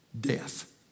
death